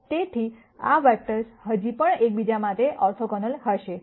તેથી આ વેક્ટર્સ હજી પણ એક બીજા માટે ઓર્થોગોનલ હશે